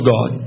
God